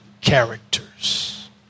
characters